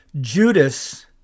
Judas